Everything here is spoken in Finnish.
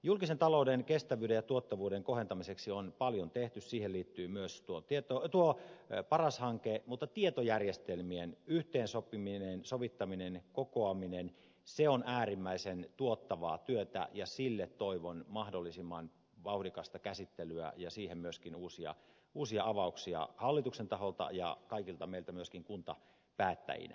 julkisen talouden kestävyyden ja tuottavuuden kohentamiseksi on paljon tehty siihen liittyy myös tuo paras hanke mutta tietojärjestelmien yhteensovittaminen kokoaminen se on äärimmäisen tuottavaa työtä ja sille toivon mahdollisimman vauhdikasta käsittelyä ja siihen myöskin uusia avauksia hallituksen taholta ja kaikilta meiltä myöskin kuntapäättäjinä